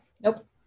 Nope